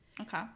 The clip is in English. Okay